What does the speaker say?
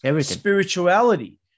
spirituality